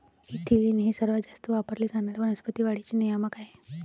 ethylene हे सर्वात जास्त वापरले जाणारे वनस्पती वाढीचे नियामक आहे